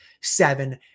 seven